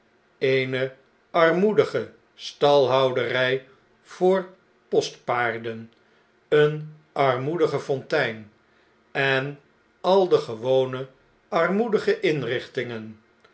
eene armoedige stalhouderjj voor postpaarden eene armoedige fontein en al de gewone armoedige inrichtingen